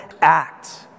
act